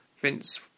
Vince